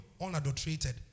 unadulterated